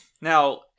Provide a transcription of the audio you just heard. Now